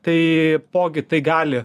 taipogi tai gali